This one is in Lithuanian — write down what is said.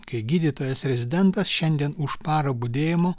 kai gydytojas rezidentas šiandien už parą budėjimo